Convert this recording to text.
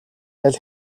аль